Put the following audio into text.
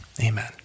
Amen